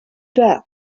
death